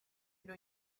know